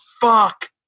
fuck